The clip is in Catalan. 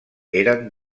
eren